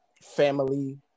family